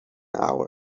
hour